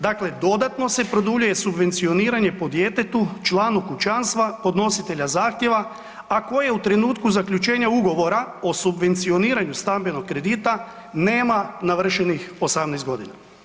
Dakle, dodatno se produljuje subvencioniranje po djetetu, članu kućanstva podnositelja zahtjeva, a koje u trenutku zaključenja ugovora o subvencioniranju stambenog kredita nema navršenih 18 godina.